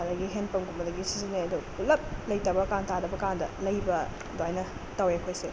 ꯑꯗꯒꯤ ꯍꯦꯟ ꯄꯝꯒꯨꯝꯕꯗꯒꯤ ꯁꯤꯖꯤꯟꯅꯩ ꯑꯗꯣ ꯄꯨꯂꯞ ꯂꯩꯇꯕ ꯀꯥꯟ ꯇꯥꯗꯕ ꯀꯥꯟꯗ ꯂꯩꯕ ꯑꯗꯨꯃꯥꯏꯅ ꯇꯧꯋꯦ ꯑꯩꯈꯣꯏꯁꯦ